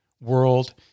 world